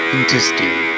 Interesting